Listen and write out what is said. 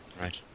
right